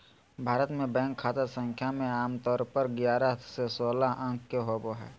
भारत मे बैंक खाता संख्या मे आमतौर पर ग्यारह से सोलह अंक के होबो हय